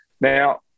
Now